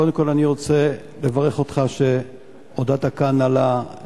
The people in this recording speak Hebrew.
קודם כול אני רוצה לברך אותך על שהודעת כאן על המועדים,